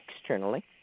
externally